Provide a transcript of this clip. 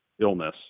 illness